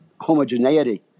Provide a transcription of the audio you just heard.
homogeneity